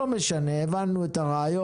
לא משנה, הבנו את הרעיון